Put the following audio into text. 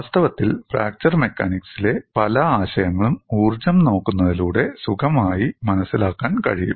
വാസ്തവത്തിൽ ഫ്രാക്ചർ മെക്കാനിക്സിലെ ഒടിവുകൾ സംബന്ധിച്ച യന്ത്രശാസ്ത്രം പല ആശയങ്ങളും ഊർജ്ജം നോക്കുന്നതിലൂടെ സുഖമായി മനസ്സിലാക്കാൻ കഴിയും